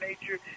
nature